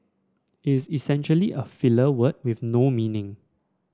it is essentially a filler word with no meaning